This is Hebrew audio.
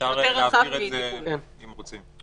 אפשר להבהיר את זה אם רוצים.